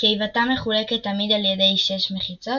קיבתם מחולקת תמיד על ידי שש מחיצות,